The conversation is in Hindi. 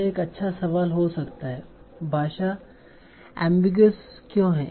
यह एक अच्छा सवाल हो सकता है कि भाषा अम्बिगिऔस क्यों है